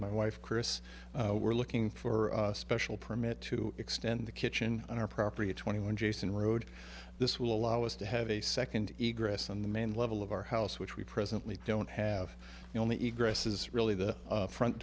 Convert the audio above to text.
my wife chris we're looking for a special permit to extend the kitchen on our property at twenty one jason road this will allow us to have a second eeg rests on the main level of our house which we presently don't have you only eat grass is really the front